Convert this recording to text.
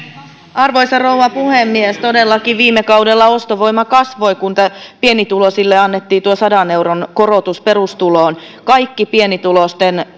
arvoisa rouva puhemies todellakin viime kaudella ostovoima kasvoi kun pienituloisille annettiin tuo sadan euron korotus perusturvaan kaikki pienituloisten